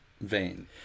vein